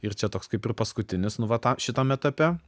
ir čia toks kaip ir paskutinis nu vat tą šitam etape